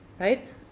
Right